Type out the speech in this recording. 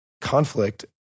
conflict